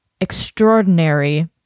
extraordinary